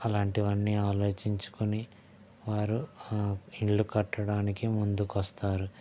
అలాంటివన్నీ ఆలోచించుకొని వారు ఆ ఇల్లు కట్టడానికి ముందుకు వస్తారు